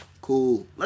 cool